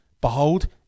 behold